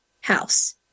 House